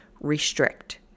restrict